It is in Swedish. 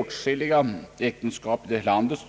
Åtskilliga äktenskap här i landet